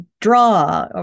draw